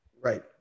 Right